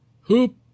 Hoop